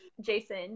Jason